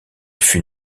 fut